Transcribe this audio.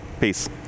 peace